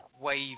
WAVE